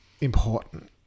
important